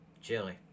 Chili